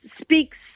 speaks